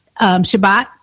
Shabbat